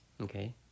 Okay